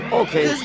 okay